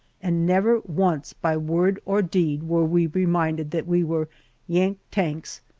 and never once by word or deed were we reminded that we were yank-tanks,